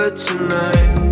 tonight